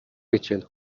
ریچل